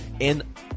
And-